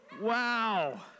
Wow